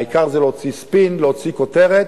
העיקר זה להוציא ספין, להוציא כותרת,